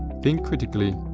think critically,